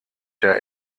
der